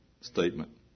statement